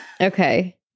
okay